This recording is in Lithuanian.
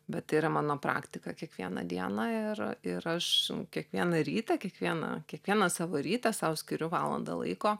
bet tai yra mano praktika kiekvieną dieną ir ir aš kiekvieną rytą kiekvieną kiekvieną savo rytą sau skiriu valandą laiko